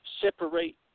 Separate